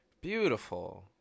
beautiful